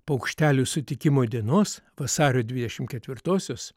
paukštelių sutikimo dienos vasario dvidešimt ketvirtosios